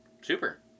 super